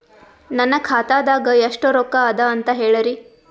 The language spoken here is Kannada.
ನನ್ನ ಖಾತಾದಾಗ ಎಷ್ಟ ರೊಕ್ಕ ಅದ ಅಂತ ಹೇಳರಿ?